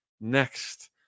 next